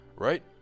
Right